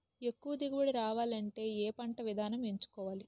ఎక్కువ దిగుబడి రావాలంటే ఏ పంట విధానం ఎంచుకోవాలి?